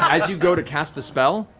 as you go to cast the spell,